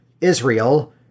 Israel